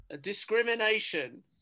Discrimination